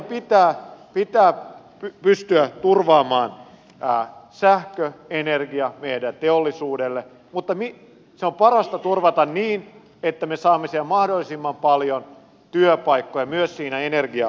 meidän pitää pystyä turvaamaan sähköenergia meidän teollisuudelle mutta se on parasta turvata niin että me saamme siellä mahdollisimman paljon työpaikkoja myös siinä energiatuotannossa